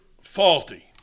faulty